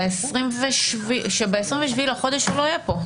הבנתי שב-27 בחודש הוא לא יהיה פה.